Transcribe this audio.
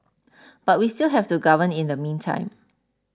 but we still have to govern in the meantime